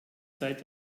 seit